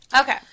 Okay